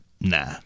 nah